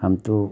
हम तो